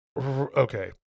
okay